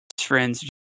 friends